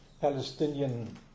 Palestinian